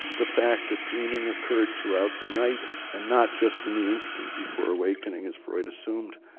the fact that dreaming occurred throughout the night, and not just in the instant before awakening, as freud assumed,